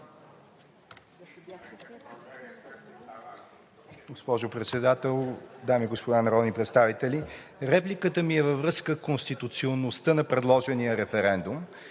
Госпожо Председател, дами и господа народни представители! Репликата ми е във връзка с конституционността на предложения мораториум.